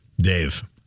Dave